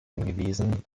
hingewiesen